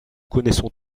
connaissons